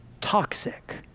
toxic